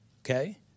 Okay